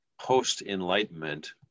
post-Enlightenment